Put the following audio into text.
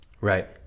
Right